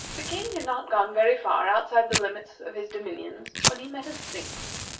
the king had not gone very far outside the limits of his dominions when he met a sphinx.